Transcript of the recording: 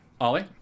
Ollie